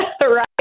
right